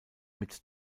mit